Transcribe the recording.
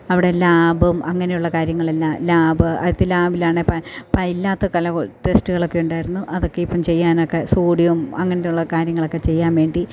അവിടെ ലാബും അങ്ങനെയുള്ള കാര്യങ്ങളെല്ലാം ലാബ് ആയിത്തി ലാബിലാണെ ഇല്ലാത്ത കല ടെസ്റ്റുകളൊക്കെ ഉണ്ടായിരുന്നു അതൊക്കെ ഇപ്പം ചെയ്യാനൊക്കെ സോഡിയവും അങ്ങനത്തെ ഉള്ളതൊക്കെ കാര്യങ്ങളൊക്കെ ചെയ്യാൻ വേണ്ടി